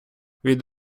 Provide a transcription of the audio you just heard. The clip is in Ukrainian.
від